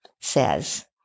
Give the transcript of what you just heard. says